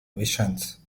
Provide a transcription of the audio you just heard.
visions